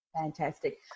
fantastic